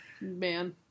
Man